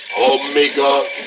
Omega